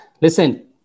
Listen